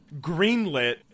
greenlit